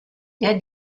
der